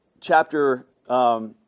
chapter